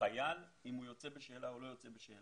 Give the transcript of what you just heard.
חייל אם הוא יוצא בשאלה או לא יוצא בשאלה.